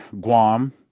Guam